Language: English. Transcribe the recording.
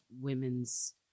women's